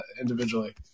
individually